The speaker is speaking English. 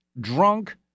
drunk